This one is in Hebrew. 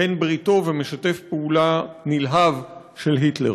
שהיה בן-ברית ומשתף פעולה נלהב של היטלר.